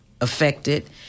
affected